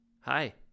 hi